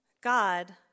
God